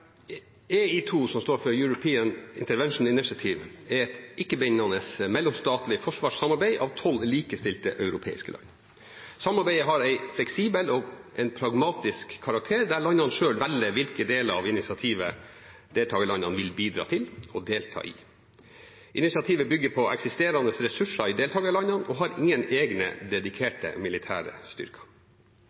som står for European Intervention Initiative, er et ikke-bindende mellomstatlig forsvarssamarbeid mellom tolv likestilte europeiske land. Samarbeidet har en fleksibel og pragmatisk karakter, der deltakerlandene selv velger hvilke deler av initiativet de vil bidra til og delta i. Initiativet bygger på eksisterende ressurser i deltakerlandene og har ingen egne dedikerte militære styrker.